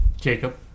Jacob